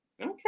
okay